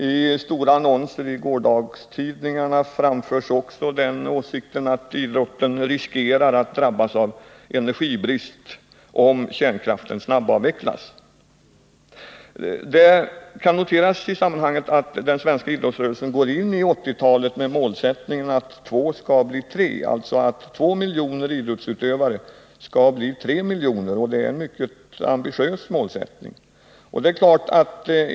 I stora annonser i gårdagens tidningar framfördes också åsikten att idrotten riskerar att drabbas av energibrist om kärnkraften snabbavvecklas. I det sammanhanget kan noteras att den svenska idrottsrörelsen går in i 1980-talet med målsättningen att två skall bli tre, alltså att två miljoner idrottsutövare skall bli tre miljoner. Det är en mycket ambitiös målsättning.